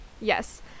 yes